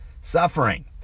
suffering